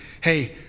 hey